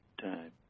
time